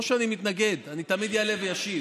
לא שאני מתנגד, אני תמיד אעלה ואשיב,